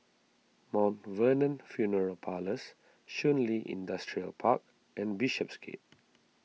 Mount Vernon funeral Parlours Shun Li Industrial Park and Bishopsgate